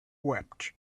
wept